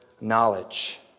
knowledge